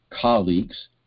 colleagues